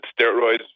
steroids